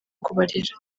kubarera